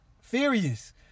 furious